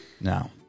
No